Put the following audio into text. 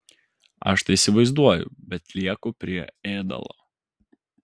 aš tai įsivaizduoju bet lieku prie ėdalo